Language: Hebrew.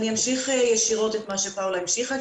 אני אמשיך ישירות את מה שפאולה המשיכה,